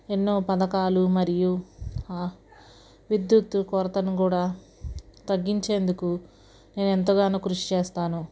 ఎన్నో పథకాలు మరియు విద్యుత్తు కొరతను కూడా తగ్గించేందుకు నేను ఎంతగానో కృషి చేస్తాను